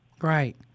Right